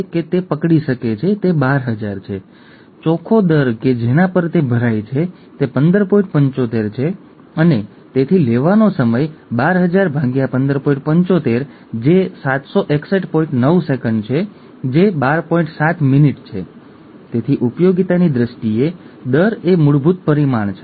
જો આવું થાય છે તો આ દરેક કોષમાં થાય છે જો તે થાય છે તો તે ડાઉન સિન્ડ્રોમમાં પરિણમે છે અને તે વિવિધ રીતે પ્રગટ થાય છે જે તમે ભલામણ કરવામાં આવેલી વિડિઓમાંથી પસંદ કરી શકો છો જે સૂચવવામાં આવ્યું હતું તે એક વૈકલ્પિક વિડિઓ છે